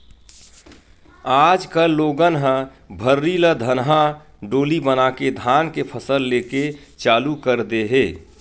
आज कल लोगन ह भर्री ल धनहा डोली बनाके धान के फसल लेके चालू कर दे हे